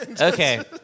Okay